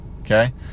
Okay